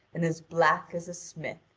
and as black as a smith.